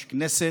יש כנסת.